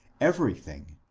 everything,